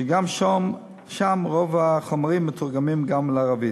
שגם שם רוב החומרים מתורגמים לערבית.